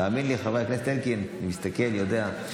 תאמין לי, חבר הכנסת אלקין, אני מסתכל ויודע.